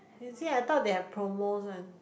you see I thought they have promos one